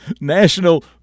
National